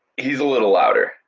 he's a little louder,